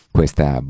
questa